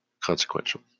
consequential